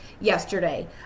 yesterday